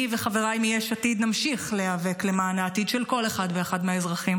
אני וחבריי מיש עתיד נמשיך להיאבק למען העתיד של כל אחד ואחד מהאזרחים.